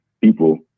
people